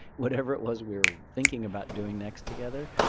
whatever it was we were thinking about doing next together,